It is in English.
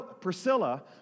Priscilla